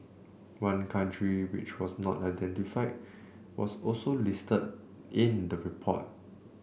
one country which was not identified was also listed in the report